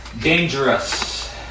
Dangerous